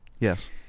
yes